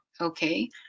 Okay